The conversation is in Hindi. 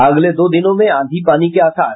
अगले दो दिनों में आंधी पानी के आसार